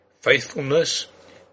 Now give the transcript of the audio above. faithfulness